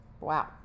Wow